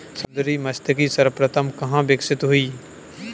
समुद्री मत्स्यिकी सर्वप्रथम कहां विकसित हुई?